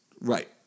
Right